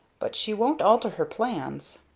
but she won't alter her plans.